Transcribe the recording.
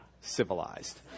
civilized